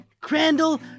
Crandall